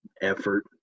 effort